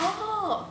oh